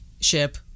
ship